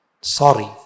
sorry